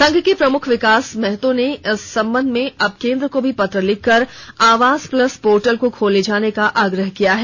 संघ के प्रमुख विकास महतो ने इस संबंध में अब केंद्र को भी पत्र लिखकर आवास प्लस पोर्टल को खोले जाने का आग्रह किया है